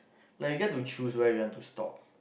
like you got to choose where you want to stop